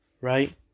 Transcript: Right